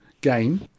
game